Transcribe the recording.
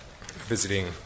visiting